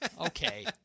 Okay